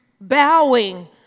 Bowing